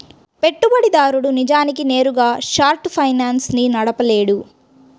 పెట్టుబడిదారుడు నిజానికి నేరుగా షార్ట్ ఫైనాన్స్ ని నడపలేడు